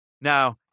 Now